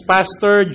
Pastor